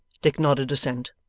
dick nodded assent,